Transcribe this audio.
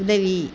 உதவி